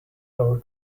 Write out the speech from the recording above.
our